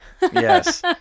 Yes